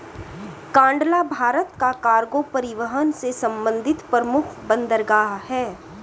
कांडला भारत का कार्गो परिवहन से संबंधित प्रमुख बंदरगाह है